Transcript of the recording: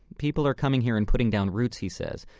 people are coming here and putting down roots, he says.